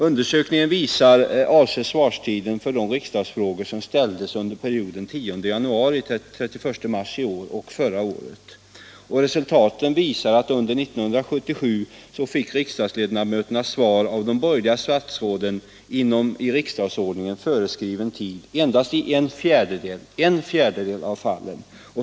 Undersökningen avser svarstiden för de riksdagsfrågor som ställdes under perioden 10 januari-31 mars i år och under förra året. Resultatet visar att under 1977 fick riksdagsledamöterna svar av de borgerliga statsråden inom i riksdagsordningen föreskriven tid endast i en fjärdedel av fallen.